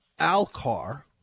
ALCAR